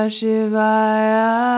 Shivaya